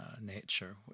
nature